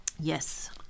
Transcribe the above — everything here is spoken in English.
Yes